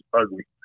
ugly